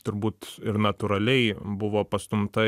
turbūt ir natūraliai buvo pastumta